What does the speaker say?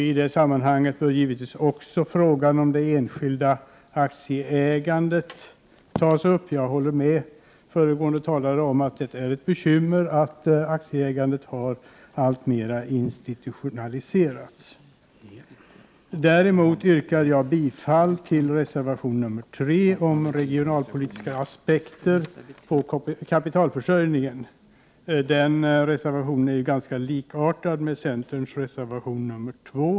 I det sammanhanget bör givetvis också frågan om det enskilda aktieägandet tas upp. Jag håller med föregående talare om att det är ett bekymmer att aktieägandet alltmer har institutionaliserats. Däremot yrkar jag bifall till reservation nr 3 om regionalpolitiska aspekter på kapitalförsörjningen. Den reservationen är ganska lik centerns reservation nr2.